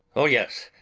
oh, yes,